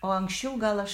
o anksčiau gal aš